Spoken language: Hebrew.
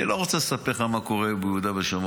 אני לא רוצה לספר לך מה קורה ביהודה ושומרון,